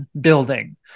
building